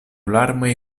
larmoj